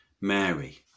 Mary